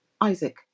Isaac